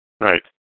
right